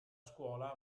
scuola